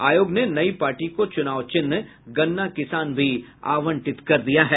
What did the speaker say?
आयोग ने नई पार्टी को चुनाव चिन्ह गन्ना किसान भी आवंटित कर दिया है